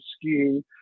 skiing